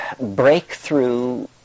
breakthrough